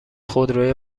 خودروی